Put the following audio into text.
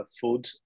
food